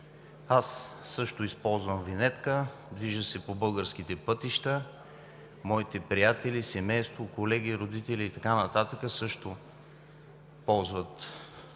Аз също използвам винетка, движа се по българските пътища, моите приятели, семейство, колеги, родители и така нататък също ползват платените